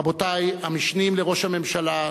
רבותי המשנים לראש הממשלה,